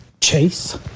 Chase